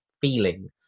feeling